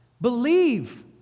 Believe